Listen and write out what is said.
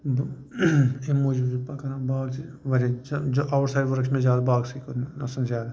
بہٕ اَمہِ موٗجوٗب چھُس بہٕ پکان باغ چھِ واریاہ زیادٕ آوُٹ سایِڈ ؤرٕک چھِ مےٚ زِیادٕ باغسٕے کٔرمٕژ مےٚ باسان زِیادٕ